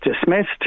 dismissed